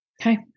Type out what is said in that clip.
Okay